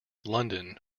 london